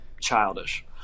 childish